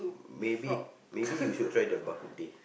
maybe maybe you should try the bak-kut-teh